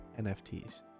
NFTs